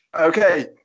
Okay